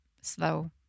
slow